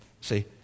See